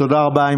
תודה רבה.